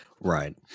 Right